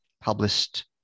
published